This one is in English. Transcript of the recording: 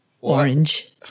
Orange